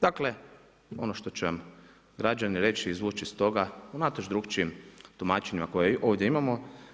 Dakle, ono što će vam građani reći, izvući iz toga unatoč drukčijim tumačenjima koje ovdje imamo.